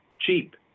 cheap